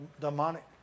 demonic